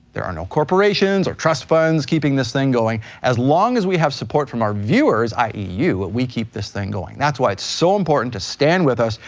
there are no corporations are trust funds keeping this thing going. as long as we have support from our viewers, i e. you, but we keep this thing going. that's why it's so important to stand with us,